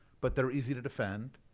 but they're easy to defend.